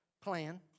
plan